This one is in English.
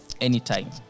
anytime